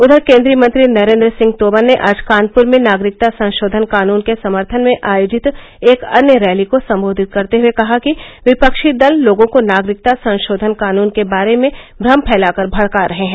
उधर केन्द्रीय मंत्री नरेन्द्र सिंह तोमर ने आज कानपुर में नागरिकता संशोधन कानून के समर्थन में आयोजित एक अन्य रैली को संबोधित करते हुए कहा कि विपक्षी दल लोगों को नागरिकता संशोधन कानून के बारे में भ्रम फैलाकर भड़का रहे हैं